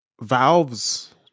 Valve's